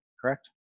correct